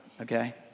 okay